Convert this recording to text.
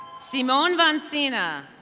simone vansina.